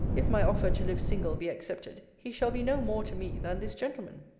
if my offer to live single be accepted, he shall be no more to me than this gentleman.